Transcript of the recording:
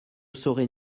saurait